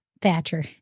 Thatcher